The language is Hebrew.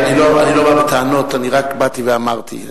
אני לא בא בטענות, אני רק באתי ואמרתי.